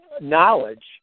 knowledge